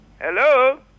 Hello